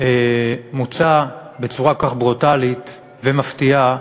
מוצאים בצורה כל כך ברוטלית ומפתיעה